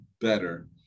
better